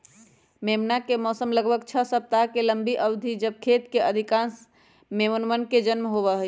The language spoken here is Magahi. मेमना के मौसम लगभग छह सप्ताह के लंबी अवधि हई जब खेत के अधिकांश मेमनवन के जन्म होबा हई